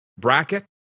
bracket